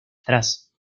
atrás